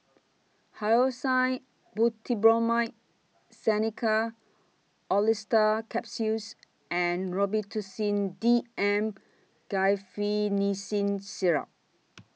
Hyoscine Butylbromide Xenical Orlistat Capsules and Robitussin D M Guaiphenesin Syrup